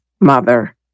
mother